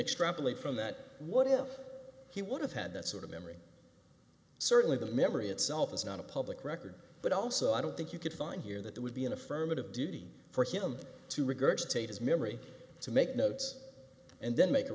extrapolate from that what if he would have had that sort of memory certainly the memory itself is not a public record but also i don't think you can find here that would be an affirmative duty for him to regurgitate his memory to make notes and then make a